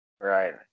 right